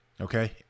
okay